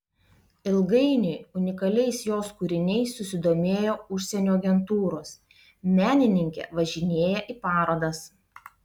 ilgainiui unikaliais jos kūriniais susidomėjo užsienio agentūros menininkė važinėja į parodas